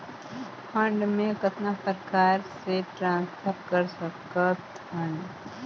Fund मे कतना प्रकार से ट्रांसफर कर सकत हन?